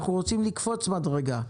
אנחנו רוצים לקפוץ מדרגה.